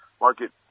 market